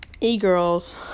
E-girls